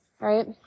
right